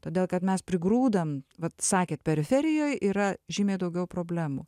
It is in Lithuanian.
todėl kad mes prigrūdam vat sakėt periferijoj yra žymiai daugiau problemų